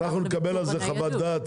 אנחנו נקבל על זה חוות דעת,